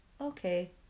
okay